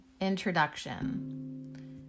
Introduction